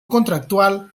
contractual